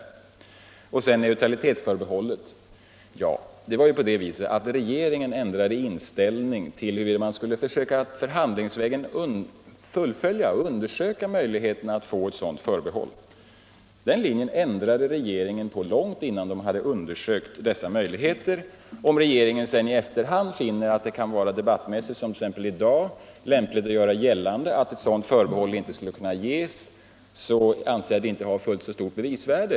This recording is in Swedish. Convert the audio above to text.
Vad sedan gäller neutralitetsförbehållet ändrade regeringen inställning i frågan huruvida man skulle förhandlingsvägen undersöka möjligheterna att få ett sådant förbehåll. Regeringen ändrade sig långt innan man hade undersökt dessa möjligheter. Om regeringen sedan i efterhand finner att det kan vara lämpligt i en debatt, t.ex. den vi för i dag, att göra gällande att ett sådant förbehåll inte skulle kunna medges, så anser jag att det inte har så stort bevisvärde.